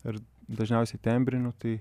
ar dažniausiai tembrinių tai